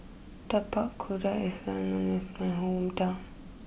Tapak Kuda is well known is my hometown